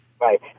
Right